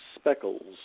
speckles